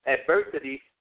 adversity